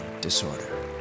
Disorder